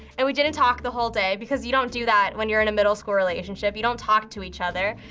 and we didn't talk the whole day, because you don't do that when you're in a middle school relationship. you don't talk to each other.